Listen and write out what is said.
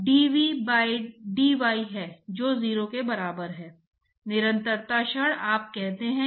तो आप यहाँ इस क्षेत्र में लामिनार और टर्बूलेंट फ्लो दोनों की विशेषताएं देख सकते हैं